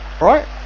Right